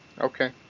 Okay